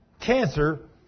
cancer